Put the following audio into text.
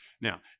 Now